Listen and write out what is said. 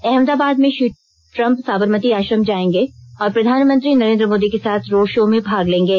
अहमदाबाद में श्री ट्रम्प साबरमती आश्रम जाएंगे और प्रधानमंत्री नरेन्द्र मोदी के साथ रोड शो में भाग लेंगे